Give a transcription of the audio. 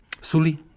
Suli